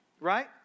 right